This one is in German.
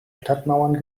stadtmauern